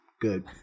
Good